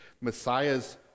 Messiahs